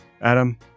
Adam